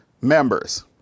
members